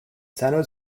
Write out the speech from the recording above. san